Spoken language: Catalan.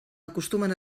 acostumen